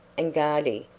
and, gardie,